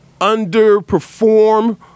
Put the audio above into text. underperform